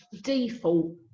default